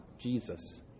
Jesus